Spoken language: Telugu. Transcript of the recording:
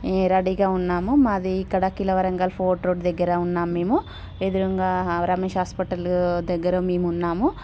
రెడీగా ఉన్నాము మాది ఇక్కడ ఖిలా వరంగల్ ఫోర్ట్ రోడ్ దగ్గర ఉన్నాము మేము ఎదురుగా రమేష్ హాస్పిటల్ దగ్గర మేము ఉన్నాము